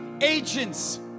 agents